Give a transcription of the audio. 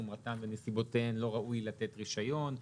חומרתן וסיבותיהן לא ראוי לתת רישיון,